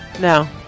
No